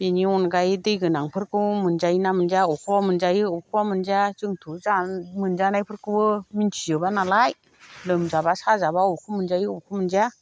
बिनि अनगायै दैगोनांफोरखौ मोनजायो ना मोनजाया अबेखौबा मोनजायो अबेखौबा मोनजाया जोंथ' मोनजानायफोरखौबो मिनथिजोबानालाय लोमजाब्ला साजाब्ला अबेखौ मोनजायो अबेखौ मोनजाया